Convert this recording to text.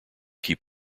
keep